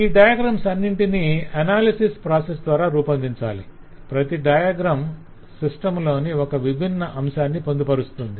ఈ డయాగ్రమ్స్ అన్నింటినీ analysis process ద్వారా రూపొందించాలి ప్రతి డయాగ్రం సిస్టమ్ లోని ఒక విభిన్న అంశాన్ని పొందుపరుస్తుంది